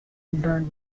brand